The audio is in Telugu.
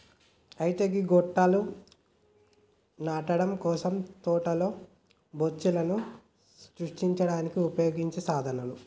అయితే గీ గొట్టాలు నాటడం కోసం తోటలో బొచ్చులను సృష్టించడానికి ఉపయోగించే సాధనాలు